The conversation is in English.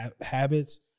habits